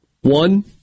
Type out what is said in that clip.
One